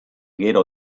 gero